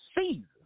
season